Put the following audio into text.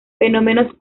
fenómenos